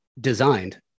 designed